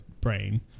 brain